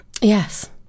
yes